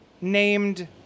named